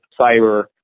cyber